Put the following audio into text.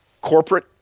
corporate